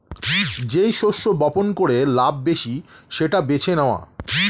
যেই শস্য বপন করে লাভ বেশি সেটা বেছে নেওয়া